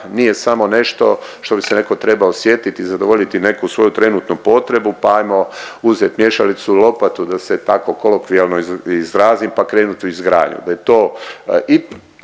nije samo nešto što bi se netko trebao sjetiti i zadovoljiti neku svoju trenutnu potrebu pa ajmo uzet miješalicu i lopatu da se tako kolokvijalno izrazim pa krenut u izgradnju, da je to i